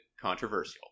controversial